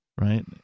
Right